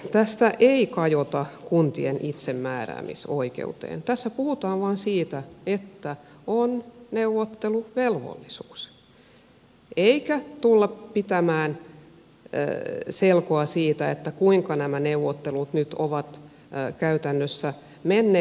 tässä ei kajota kuntien itsemääräämisoikeuteen tässä puhutaan vain siitä että on neuvotteluvelvollisuus eikä tulla pitämään selkoa siitä kuinka nämä neuvottelut nyt ovat käytännössä menneet